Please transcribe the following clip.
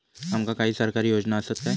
आमका काही सरकारी योजना आसत काय?